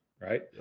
Right